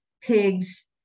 pigs